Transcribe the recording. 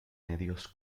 medios